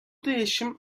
değişim